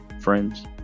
friends